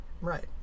Right